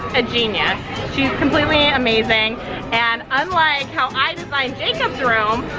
a genius, she's completely amazing and unlike how i designed jacob's room,